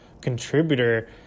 contributor